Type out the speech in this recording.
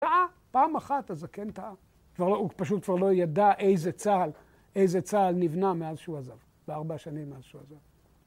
טעה, פעם אחת הזקן טעה. כבר לא- הוא פשוט כבר לא ידע איזה צה"ל, איזה צה"ל נבנה מאז שהוא עזב, בארבע שנים מאז שהוא עזב.